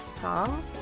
song